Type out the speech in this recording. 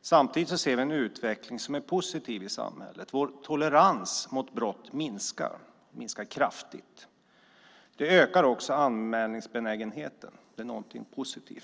Samtidigt ser vi en utveckling i samhället som är positiv. Vår tolerans mot brott minskar kraftigt. Det ökar också anmälningsbenägenheten. Det är någonting positivt.